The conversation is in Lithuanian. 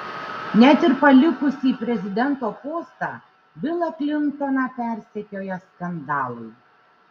net ir palikusį prezidento postą bilą klintoną persekioja skandalai